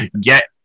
get